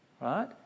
right